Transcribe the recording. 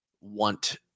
want